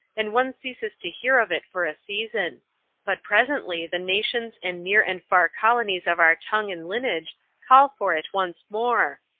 and one ceases to hear of it for a season but presently the nations and near and far colonies of our tongue and lineage call for it once more,